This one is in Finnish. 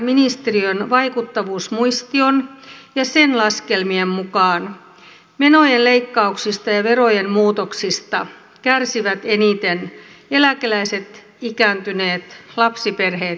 valtiovarainministeriön vaikuttavuusmuistion ja sen laskelmien mukaan menojen leikkauksista ja verojen muutoksista kärsivät eniten eläkeläiset ikääntyneet lapsiperheet ja työttömät